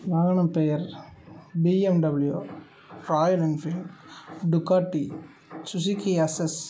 வாகன பெயர் BMW Royal Enfield Ducati Suzuki SS